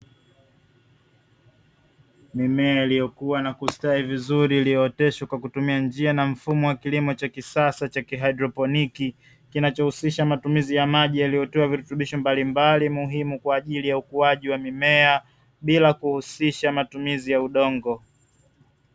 Mimea iliyokuwa na kustawi vizuri iliyooteshwa kwa kutumia njia na mfumo wa kilimo cha kisasa cha kihydroponi, kinachohusisha matumizi ya maji yaliyotiwa virutubisho mbalimbali muhimu kwa ajili ya ukuaji wa mimea bila kuhusisha matumizi ya udongo.